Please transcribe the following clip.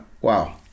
Wow